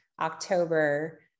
October